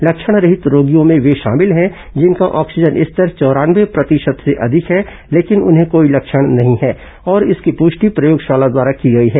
लक्षणरहित रोगियों में वे शामिल हैं जिनका ऑक्सीजन स्तर चौरानवे प्रतिशत से अधिक है लेकिन उन्हें कोई लक्षण नहीं है और इसकी पृष्टि प्रयोगशाला द्वारा की गई है